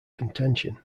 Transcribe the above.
contention